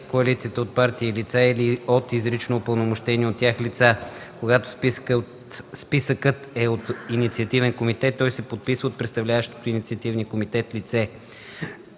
коалицията от партии лица или от изрично упълномощени от тях лица. Когато списъкът е от инициативен комитет той се подписва от представляващото инициативния комитет лице.